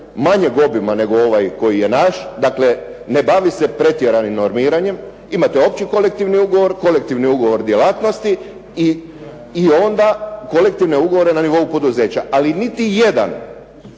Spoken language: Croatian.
manjeg obima od ovoga koji je nas, dakle ne bavi se pretjeranim normiranjem, imate opći kolektivni ugovor, kolektivni ugovor djelatnosti i onda kolektivne ugovore na nivou poduzeća. Ali niti jedan,